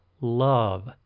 love